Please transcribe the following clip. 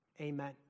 Amen